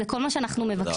זה כל מה שאנחנו מבקשים.